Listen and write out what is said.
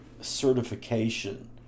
certification